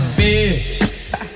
bitch